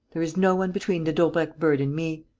there is no one between the daubrecq bird and me.